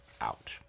out